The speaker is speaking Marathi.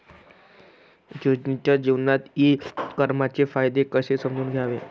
रोजच्या जीवनात ई कामर्सचे फायदे कसे समजून घ्याव?